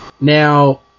Now